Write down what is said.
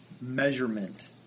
measurement